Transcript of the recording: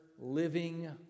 living